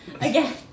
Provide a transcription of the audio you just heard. Again